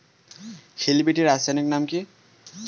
Hill বিটি রাসায়নিক নাম কি?